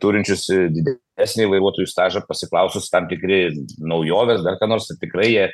turinčius į desnį vairuotojų stažą pasiklausus tam tikri naujovės dar ką nors tai tikrai jie